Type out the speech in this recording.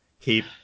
Keep